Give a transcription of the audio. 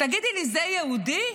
תגידי לי, זה יהודי?